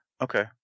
Okay